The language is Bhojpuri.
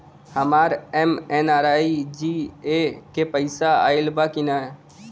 हमार एम.एन.आर.ई.जी.ए के पैसा आइल बा कि ना?